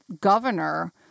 governor